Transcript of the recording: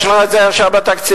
יש לך את זה עכשיו בתקציב.